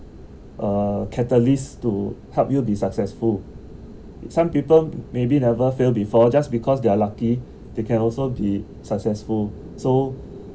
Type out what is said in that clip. uh catalyst to help you be successful some people maybe never failed before just because they're lucky they can also be successful so